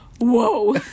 Whoa